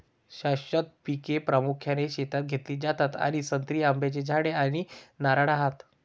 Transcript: शाश्वत पिके प्रामुख्याने शेतात घेतली जातात आणि संत्री, आंब्याची झाडे आणि नारळ आहेत